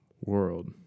world